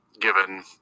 given